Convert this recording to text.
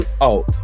out